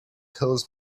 close